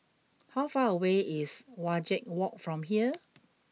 how far away is Wajek Walk from here